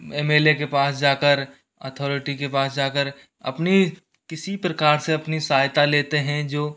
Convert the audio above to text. M L A के पास जाकर अथॉरिटी के पास जाकर अपनी किसी प्रकार से अपनी सहायता लेते हैं जो